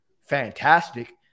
fantastic